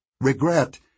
Regret